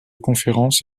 conférence